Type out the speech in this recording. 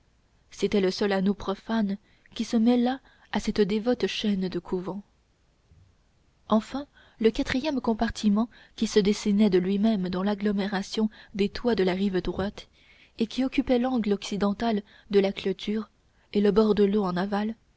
c'était le seul anneau profane qui se mêlât à cette dévote chaîne de couvents enfin le quatrième compartiment qui se dessinait de lui-même dans l'agglomération des toits de la rive droite et qui occupait l'angle occidental de la clôture et le bord de l'eau en aval